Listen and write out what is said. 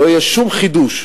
לא יהיה שום חידוש,